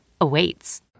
awaits